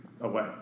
away